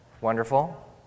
Wonderful